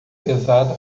pesada